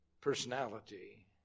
personality